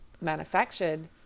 manufactured